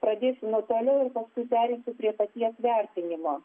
pradėsiu nuo toliau ir paskui pereisiu prie paties vertinimo